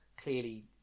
clearly